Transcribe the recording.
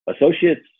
Associates